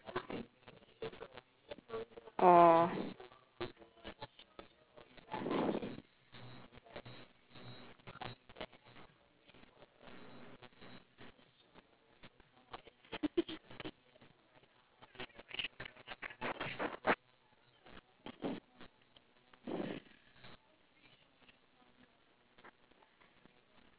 oh